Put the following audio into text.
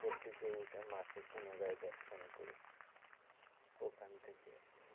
উপর দিকে উঠে মাকে পুনরায় দর্শন করে ওখান থেকে